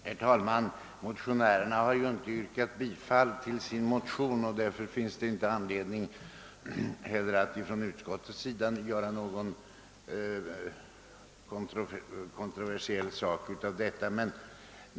Herr talman! Motionärerna har inte yrkat bifall till sin motion, och därför har inte jag såsom talesman för utskottet någon anledning att göra detta till en kontroversiell fråga.